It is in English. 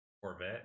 Corvette